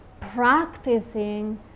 practicing